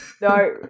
no